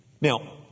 now